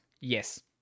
yes